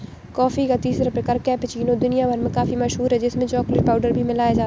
coffee का तीसरा प्रकार कैपेचीनो दुनिया भर में काफी मशहूर है जिसमें चॉकलेट पाउडर भी मिलाया जाता है